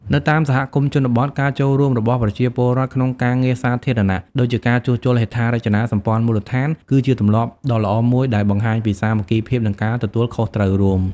នៅតាមសហគមន៍ជនបទ ការចូលរួមរបស់ប្រជាពលរដ្ឋក្នុងការងារសាធារណៈ ដូចជាការជួសជុលហេដ្ឋារចនាសម្ព័ន្ធមូលដ្ឋាន គឺជាទម្លាប់ដ៏ល្អមួយដែលបង្ហាញពីសាមគ្គីភាព និងការទទួលខុសត្រូវរួម។